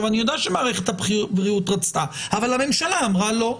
אני יודע שמערכת הבריאות רצתה אבל הממשלה אמרה לא.